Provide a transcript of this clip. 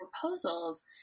proposals